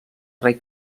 rei